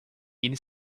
yeni